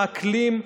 האקלים,